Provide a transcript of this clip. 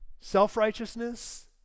self-righteousness